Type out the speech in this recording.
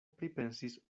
pripensis